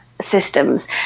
systems